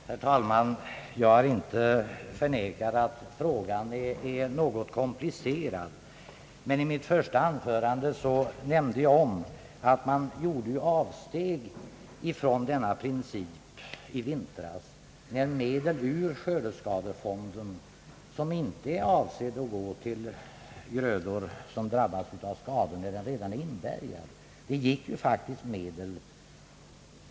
Herr talman! Jag har inte förnekat, att frågan är något komplicerad. Men i mitt första anförande nämnde jag att man gjorde avsteg från principen om skördeskadeskydd i vintras, då medel utgick ur skördeskadefonden, vilken inte är avsedd att gå till redan inbärgade grödor, som drabbas av skador.